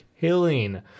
killing